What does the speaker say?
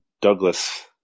Douglas